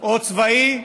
או צבאי,